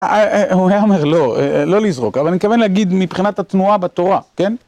הוא היה אומר לא, לא לזרוק, אבל אני מתכוון להגיד מבחינת התנועה בתורה, כן?